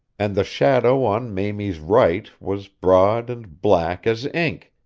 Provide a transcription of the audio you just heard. and the shadow on mamie's right was broad and black as ink,